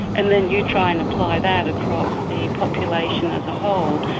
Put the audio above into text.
and then you try and apply that across the population as a whole,